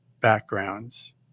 backgrounds